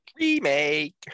Remake